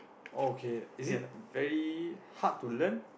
okay is it very hard to learn